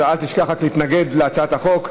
אל תשכח רק להתנגד להצעת החוק.